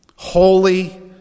Holy